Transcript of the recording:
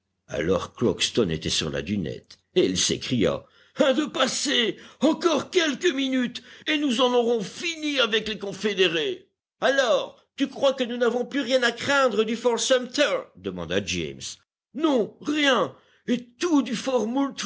alors crockston était sur la dunette et il s'écria un de passé encore quelques minutes et nous en aurons fini avec les confédérés alors tu crois que nous n'avons plus rien à craindre du fort sumter demanda james non rien et tout du fort